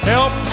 Help